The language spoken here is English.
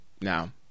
now